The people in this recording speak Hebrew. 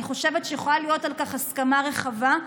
אני חושבת שיכולה להיות על כך הסכמה רחבה,